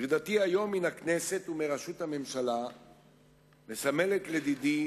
פרידתי היום מן הכנסת ומראשות הממשלה מסמלת לדידי